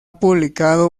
publicado